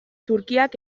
turkiak